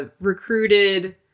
recruited